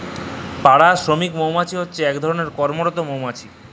পাড়া শ্রমিক মমাছি হছে ইক ধরলের কম্মরত মমাছি